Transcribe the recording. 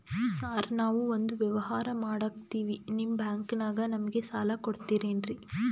Sir ನಾವು ಒಂದು ವ್ಯವಹಾರ ಮಾಡಕ್ತಿವಿ ನಿಮ್ಮ ಬ್ಯಾಂಕನಾಗ ನಮಿಗೆ ಸಾಲ ಕೊಡ್ತಿರೇನ್ರಿ?